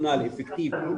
פרסונלי אפקטיבי.